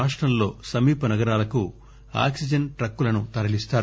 రాష్టంలో సమీప నగరాలకు ఆక్సిజన్ ట్రక్కులను తరలిస్తారు